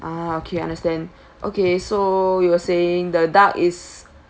ah okay understand okay so you were saying the duck is